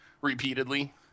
repeatedly